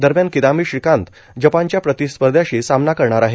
दरम्यान किदाम्बी श्रीकांत जपानच्या प्रतिस्पध्र्यांशी सामना करणार आहे